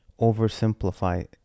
oversimplify